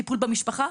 טיפול במשפחה,